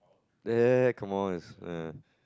dad come on it's uh